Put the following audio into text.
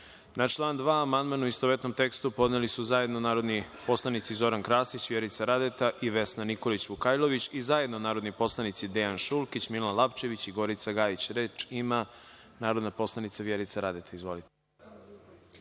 član 2. amandman, u istovetnom tekstu, podneli su zajedno narodni poslanici Zoran Krasić, Vjerica Radeta i Vesna Nikolić Vukajlović i zajedno narodni poslanici Dejan Šulkić, Milan Lapčević i Gorica Gajić. Reč ima narodna poslanica Vjerica Radeta. **Vjerica